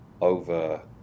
over